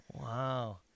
Wow